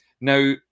Now